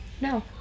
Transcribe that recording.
No